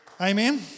Amen